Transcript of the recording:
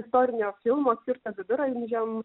istorinio filmo skirto viduramžiam